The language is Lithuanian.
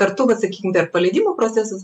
kartu bet sakykim dar paleidimo procesas